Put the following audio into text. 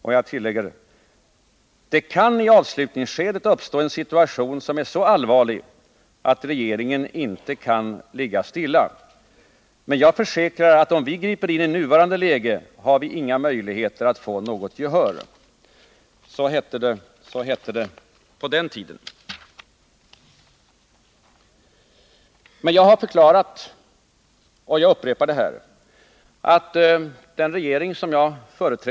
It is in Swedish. —-——- Det kan i ett avslutningsskede uppstå en situation som är så allvarlig, att regeringen inte kan ligga stilla. ———- Men jag försäkrar att vi om vi griper in i nuvarande läge inte har möjligheter att få något gehör.” Så hette det på den tiden. Men jag har förklarat — och jag upprepar det här —att den regering som jag föret.